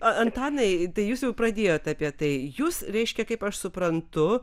antanai jūs jau pradėjot apie tai jūs reiškia kaip aš suprantu